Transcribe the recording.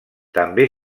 també